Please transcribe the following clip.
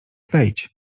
wejdź